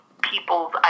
people's